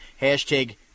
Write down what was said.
Hashtag